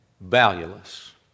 Valueless